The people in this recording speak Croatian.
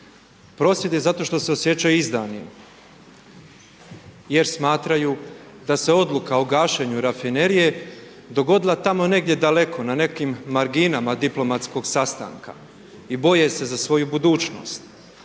Prosvjed je zato što se osjećaju izdanim jer smatraju da se odluka o gašenju Rafinerije dogodila tamo negdje daleko, na nekim marginama diplomatskog sastanka i boje se za svoju budućnost